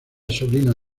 sobrino